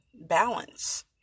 balance